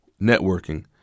networking